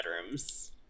bedrooms